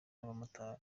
n’abamotari